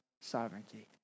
sovereignty